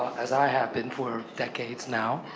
as i have been for decades now,